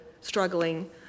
struggling